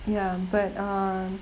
ya but uh